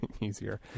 easier